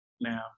now